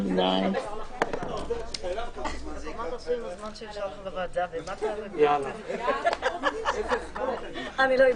18:43.